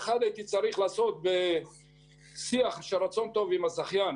באחד הייתי צריך לעשות בשיח של רצון טוב עם הזכיין